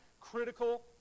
critical